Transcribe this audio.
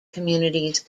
communities